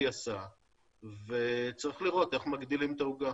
עשה וצריך לראות איך מגדילים את העוגה,